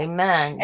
Amen